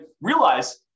realize